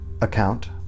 account